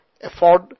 afford